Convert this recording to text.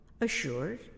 assured